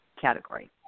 category